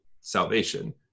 salvation